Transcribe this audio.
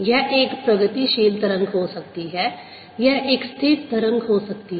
यह एक प्रगतिशील तरंग हो सकती है यह एक स्थिर तरंग हो सकती है